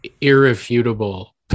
irrefutable